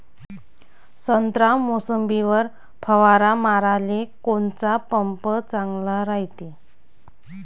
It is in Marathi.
संत्रा, मोसंबीवर फवारा माराले कोनचा पंप चांगला रायते?